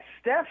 Steph